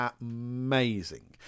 amazing